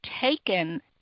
taken